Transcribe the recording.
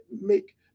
make